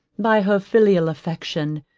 by her filial affection,